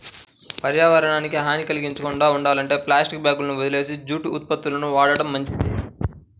పర్యావరణానికి హాని కల్గించకుండా ఉండాలంటే ప్లాస్టిక్ బ్యాగులని వదిలేసి జూటు ఉత్పత్తులను వాడటం మంచిది